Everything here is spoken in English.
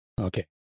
Okay